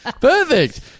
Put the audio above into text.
perfect